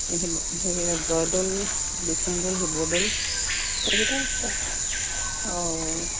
সেইকেইটা জয়দৌল বিষ্ণুদৌল শিৱদৌল সেইকেইটাই আছে আৰু অঁ